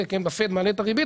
מעלה את הריבית,